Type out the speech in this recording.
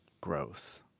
growth